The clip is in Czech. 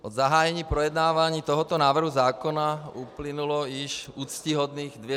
Od zahájení projednávání tohoto návrhu zákona uplynulo již úctyhodných 236 dní.